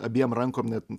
abiem rankom net